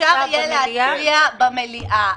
ואפשר יהיה להצביע במליאה.